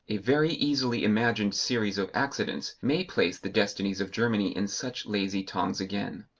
a very easily imagined series of accidents may place the destinies of germany in such lazy tongs again.